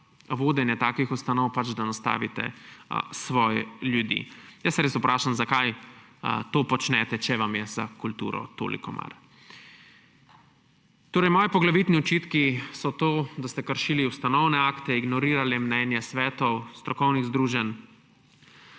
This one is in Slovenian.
vodenje takih ustanov, da nastavite svoje ljudi. Res se vprašam, zakaj to počnete, če vam je za kulturo toliko mar. Moji poglavitni očitki so, da ste kršili ustanovne akte, ignorirali mnenja svetov, strokovnih združenj.